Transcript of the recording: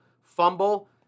fumble